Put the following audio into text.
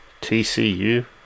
TCU